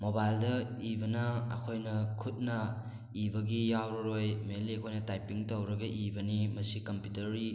ꯃꯣꯕꯥꯏꯜꯗ ꯑꯩꯕꯅ ꯑꯩꯈꯣꯏꯅ ꯈꯨꯠꯅ ꯏꯕꯒꯤ ꯌꯥꯎꯔꯔꯣꯏ ꯃꯦꯟꯂꯤ ꯑꯩꯈꯣꯏꯅ ꯇꯥꯏꯞꯄꯤꯡ ꯇꯧꯔꯒ ꯏꯕꯅꯤ ꯃꯁꯤ ꯀꯝꯄꯤꯇꯔꯤ